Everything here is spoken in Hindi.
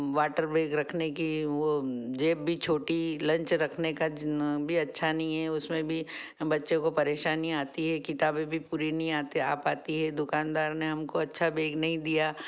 वाटर बेग रखने की वो जेब भी छोटी लंच रखने का भी अच्छा नहीं है उसमें भी हम बच्चों को परेशानी आती है किताबें भी पूरी नहीं आती आ पाती हैं दुकानदार ने हमको अच्छा बेग नहीं दिया